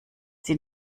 die